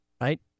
right